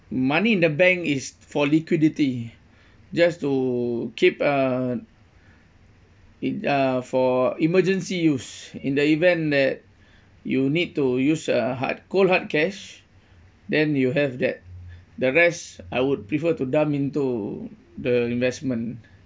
money in the bank is for liquidity just to keep uh it uh for emergency use in the event that you need to use uh hard cold hard cash then you have that the rest I would prefer to dump into the investment